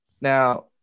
Now